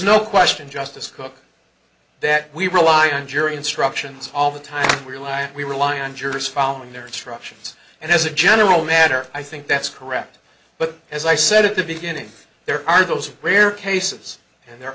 no question justice cook that we rely on jury instructions all the time we lie we rely on jurors following their instructions and as a general matter i think that's correct but as i said at the beginning there are those rare cases and there